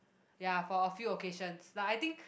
ya for a few occasions like I think